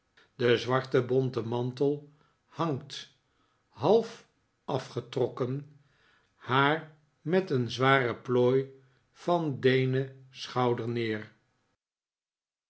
de zwarte bonten mantel hangt half afgetrokken haar met een zware plooi van d'eenen schouder neer